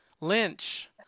Lynch